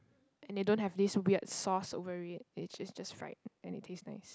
and they don't have this weird sauce over it they just just fried and it taste nice